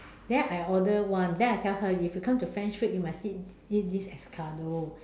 then I order one then I tell her if you come to French food you must eat eat this escargot